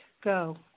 go